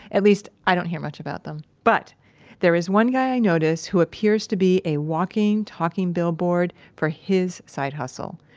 at least i don't hear much about them. but there is one guy i notice who appears to be a walking, talking billboard for his side hustle.